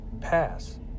pass